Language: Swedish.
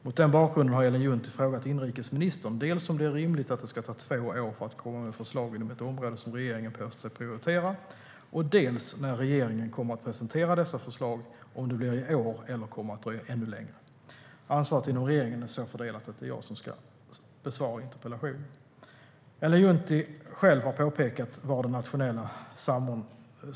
Mot den bakgrunden har Ellen Juntti frågat inrikesministern dels om det är rimligt att det ska ta två år att komma med förslag inom ett område som regeringen påstår sig prioritera, dels när regeringen kommer att presentera dessa förslag, om det blir i år eller kommer att dröja ännu längre. Ansvaret inom regeringen är så fördelat att det är jag som ska besvara interpellationen.